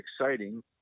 exciting